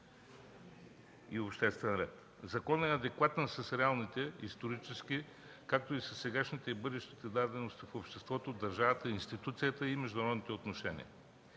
и обществен ред”. Законът е адекватен с реалните исторически – както сегашните, така и бъдещите, дадености в обществото, държавата, институцията и международните отношения.